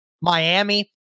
Miami